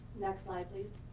next slide, please